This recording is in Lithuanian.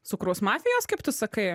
cukraus mafijos kaip tu sakai